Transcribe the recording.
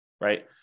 right